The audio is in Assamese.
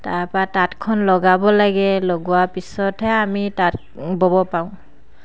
তাৰ পৰা তাঁতখন লগাব লাগে লগোৱাৰ পিছতহে আমি তাঁত ব'ব পাৰোঁ